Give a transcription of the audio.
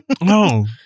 no